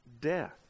Death